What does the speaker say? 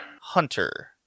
Hunter